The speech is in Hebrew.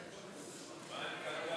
מה עם קק"ל,